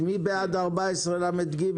מי בעד אישור סעיף 14לג?